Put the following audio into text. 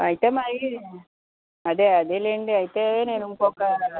అయితే మరి అదే అదేలేండి అయితే నేను ఇంకొక